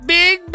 big